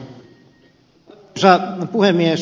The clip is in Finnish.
arvoisa puhemies